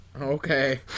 Okay